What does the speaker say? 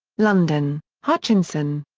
london hutchinson.